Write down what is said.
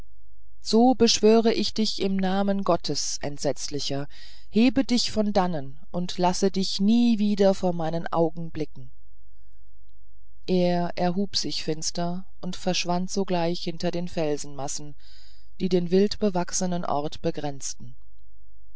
so beschwör ich dich im namen gottes entsetzlicher hebe dich von dannen und lasse dich nie wieder vor meinen augen blicken er erhub sich finster und verschwand sogleich hinter den felsenmassen die den wild bewachsenen ort begrenzten